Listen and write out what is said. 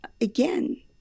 again